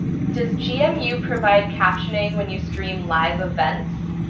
does gmu provide captioning when you stream live events?